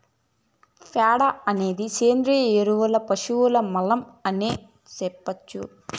ప్యాడ అనేది సేంద్రియ ఎరువు పశువుల మలం అనే సెప్పొచ్చు